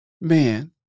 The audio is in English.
man